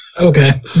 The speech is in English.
Okay